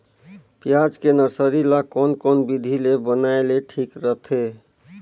पियाज के नर्सरी ला कोन कोन विधि ले बनाय ले ठीक रथे?